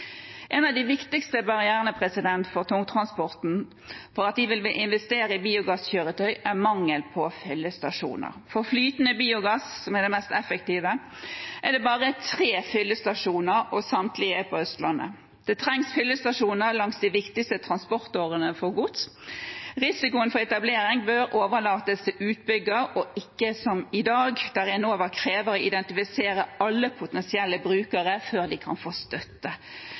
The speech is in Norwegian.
En av de viktigste barrierene for tungtransporten for at de vil investere i biogasskjøretøy, er mangel på fyllestasjoner. For flytende biogass, som er det mest effektive, er det bare tre fyllestasjoner, og samtlige er på Østlandet. Det trengs fyllestasjoner langs de viktigste transportårene for gods. Risikoen for etablering bør overlates til utbyggerne og ikke som i dag, der Enova krever å få identifisert alle potensielle brukere før de kan få støtte.